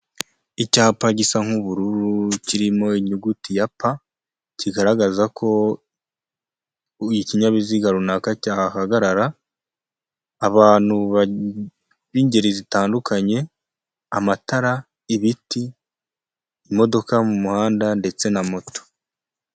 Icyapa gisa nk'ubururu kirimo inyuguti ya pa, kigaragaza ko ikinyabiziga runaka cyahagarara, abantu b'ingeri zitandukanye, amatara, ibiti, imodoka mu muhanda ndetse na moto.